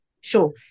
Sure